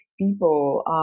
people